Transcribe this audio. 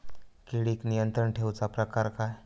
किडिक नियंत्रण ठेवुचा प्रकार काय?